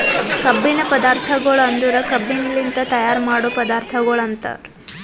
ಕಬ್ಬಿನ ಪದಾರ್ಥಗೊಳ್ ಅಂದುರ್ ಕಬ್ಬಿನಲಿಂತ್ ತೈಯಾರ್ ಮಾಡೋ ಪದಾರ್ಥಗೊಳ್ ಅಂತರ್